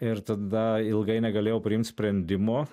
ir tada ilgai negalėjau priimt sprendimo